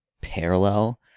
parallel